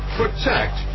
protect